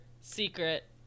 secret